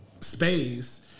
space